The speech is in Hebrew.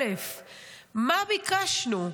מה ביקשנו?